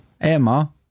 Emma